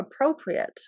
appropriate